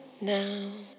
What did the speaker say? now